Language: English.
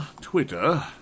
Twitter